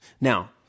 Now